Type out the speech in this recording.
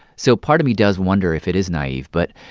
so part of me does wonder if it is naive. but,